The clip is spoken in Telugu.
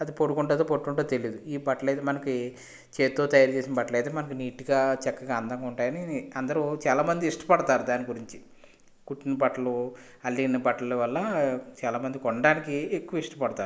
అది పొడుగుంటదో పొట్టి ఉంటుందో తెలియదు ఈ బట్టలు అయితే మనకి చేత్తో తయారు చేసిన బట్టలు అయితే మనకి నీట్గా చక్కగా అందంగా ఉంటాయని అందరూ చాలా మంది ఇష్టపడతారు దాని గురించి కుట్టిన బట్టలు అల్లిన బట్టలు వల్ల చాలామంది కొనడానికి ఎక్కువ ఇష్టపడతారు